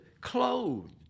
clothed